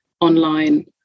online